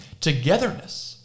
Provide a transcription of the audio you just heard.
togetherness